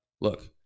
look